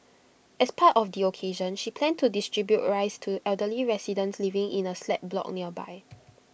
as part of the occasion she planned to distribute rice to elderly residents living in A slab block nearby